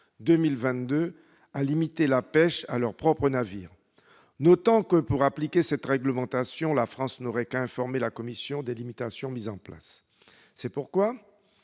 2022, à limiter la pêche à leurs propres navires. Notons que, pour appliquer cette réglementation, la France n'aurait qu'à informer la Commission des limitations mises en place. C'est pourquoi,